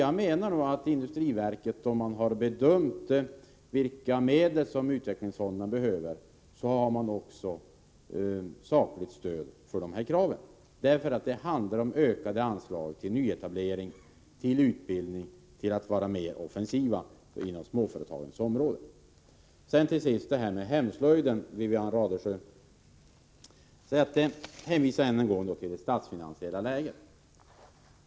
Jag är säker på att industriverket har sakligt stöd för sin bedömning av hur stora medel utvecklingsfonderna behöver. Det handlar om ökade anslag till nyetablering, till utbildning och till insatser för att småföretagen skall bli mer offensiva. När det gäller hemslöjden hänvisar Wivi-Anne Radesjö än en gång till det statsfinansiella läget.